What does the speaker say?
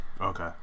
okay